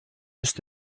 ist